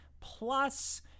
Plus